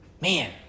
man